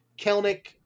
Kelnick